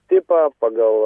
tipą pagal